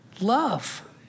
Love